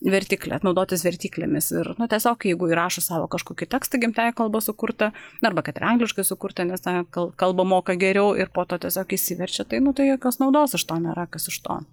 vertyklę naudotis vertyklėmis ir nu tiesiog jeigu įrašo savo kažkokį tekstą gimtąja kalba sukurtą na arba kad ir angliškai sukurtą nes tą kal kalba moka geriau ir po to tiesiog išsiverčia tai nu tai jokios naudos iš to nėra kas iš to